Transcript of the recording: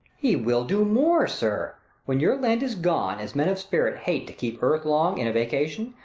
he will do more, sir when your land is gone, as men of spirit hate to keep earth long, in a vacation,